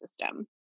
system